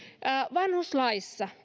vanhuslain